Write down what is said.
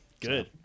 good